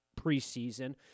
preseason